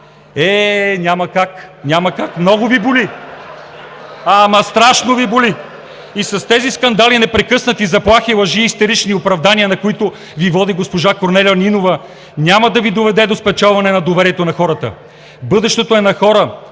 няма как! Няма как, много Ви боли! (Оживление.) Ама страшно Ви боли! С тези скандали и непрекъснати заплахи, лъжи и истерични оправдания, на които Ви води госпожа Корнелия Нинова, няма да Ви доведат до спечелване на доверието на хората. Бъдещето е на хора